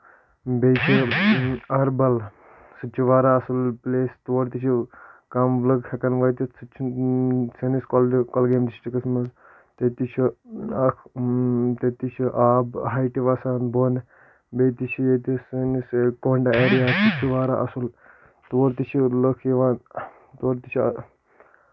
بیٚیہِ چھُ اَہربل سُہ تہِ چھِ واریاہ اَصٕل پلیس تور تہِ چھِ کَم لُکھ ہٮ۪کان وٲتِتھ سُہ تہِ چھُ سٲنِس کۄلگامۍ ڈسٹرکٹس منٛز تَتہِ تہِ چھُ اکھ تتہِ چھُ آب ہایٹہِ وَسان بۄن بیٚیہِ تہِ چھُ ییٚتہِ سٲنِس کۄنٛڈ ایریاہَس تہِ چھُ واریاہ اَصٕل تور تہِ چھِ لُکھ یِوان تور تہِ چھِ